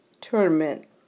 tournament